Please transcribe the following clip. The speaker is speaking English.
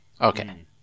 Okay